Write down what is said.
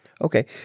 Okay